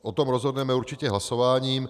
O tom rozhodneme určitě hlasováním.